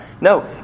No